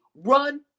run